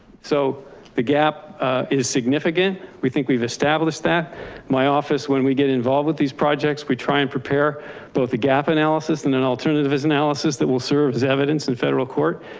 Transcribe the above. so the gap is significant. we think we've established that my office, when we get involved with these projects, we try and prepare both the gap analysis and an alternative as analysis that will serve as evidence in federal court.